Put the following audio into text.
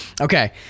Okay